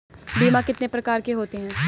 बीमा कितने प्रकार के होते हैं?